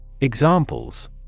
Examples